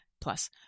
plus